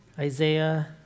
Isaiah